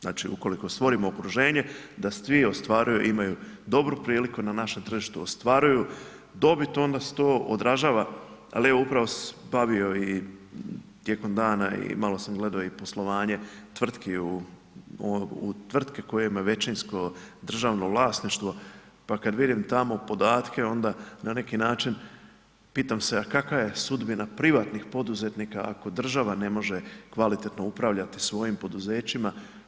Znači ukoliko stvorimo okruženje, da svi ostvaruju i imaju dobru priliku, na našem tržištu ostvaruju dobit, onda se to održava ali evo upravo sam se bavio i tijekom dana i malo sam gledao i poslovanje tvrtki, tvrtke koje imaju većinsko državno vlasništvo, pa kad vidim tamo podatke, onda na neki način pitam se, a kakva je sudbina privatnih poduzetnika ako država ne može kvalitetno upravljati svojim poduzećima.